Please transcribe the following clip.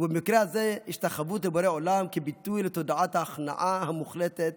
ובמקרה הזה השתחוות לבורא עולם כביטוי לתודעת ההכנעה המוחלטת